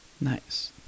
Nice